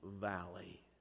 valley